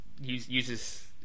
uses